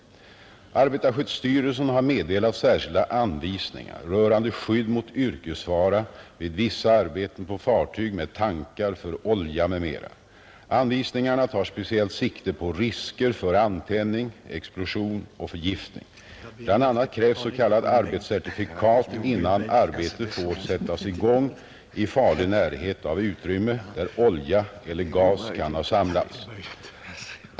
Arbetarskyddsstyrelsen har meddelat särskilda anvisningar rörande skydd mot yrkesfara vid vissa arbeten på fartyg med tankar för olja m.m. Anvisningarna tar speciellt sikte på risker för antändning, explosion och förgiftning. Bl. a. krävs s.k. arbetscertifikat innan arbete får sättas i gång i farlig närhet av utrymme där olja eller gas kan ha samlats.